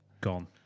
Gone